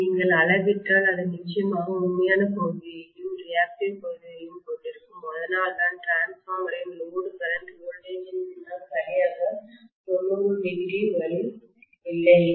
எனவே நீங்கள் அளவிட்டால் அது நிச்சயமாக உண்மையான பகுதியையும் ரியாக்டிவ்எதிர்வினை பகுதியையும் கொண்டிருக்கும் அதனால்தான் டிரான்ஸ்பார்மர் இன் லோடு கரண்ட் வோல்டேஜ் இன் பின்னால் சரியாக 90° வழி இல்லை